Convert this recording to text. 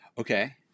Okay